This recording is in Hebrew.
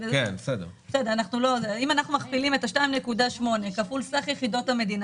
אם אנחנו מכפילים את ה-2.8 כפול סך יחידות המדינה